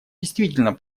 действительно